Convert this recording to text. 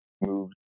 moved